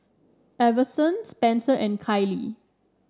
Iverson Spenser and Kailee